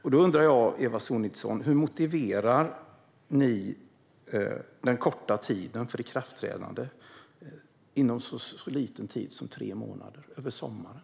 Därför undrar jag, Eva Sonidsson, hur ni motiverar att tiden för ikraftträdande är så kort som inom tre månader, över sommaren.